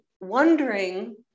wondering